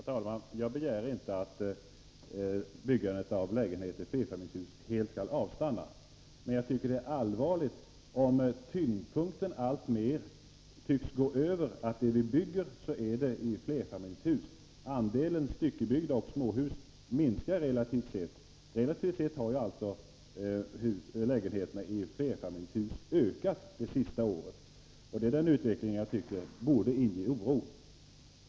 Herr talman! Jag begär inte att byggandet av lägenheter i flerfamiljshus helt skall avstanna. Men jag tycker att det är allvarligt att tyngdpunkten alltmer tycks förskjutas, så att det vi bygger är i flerfamiljshus. Relativt sett minskar andelen styckebyggda småhus, medan antalet lägenheter i flerfamiljshus har ökat det senaste året. Det är den utvecklingen som jag tycker borde inge oro.